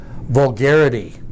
vulgarity